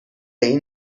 این